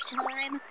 time